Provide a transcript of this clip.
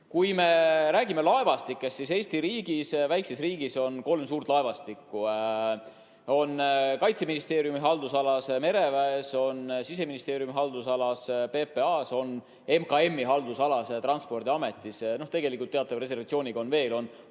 Kui me räägime laevastikest, siis Eesti riigis, väikses riigis, on kolm suurt laevastikku: on Kaitseministeeriumi haldusalas mereväes, on Siseministeeriumi haldusalas PPA-s ja on MKM-i haldusalas Transpordiametis. Tegelikult teatava reservatsiooniga on veel Eesti